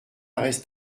reste